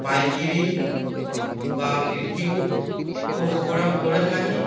পাইকিরি বা বিক্রি করে থাকি